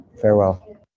Farewell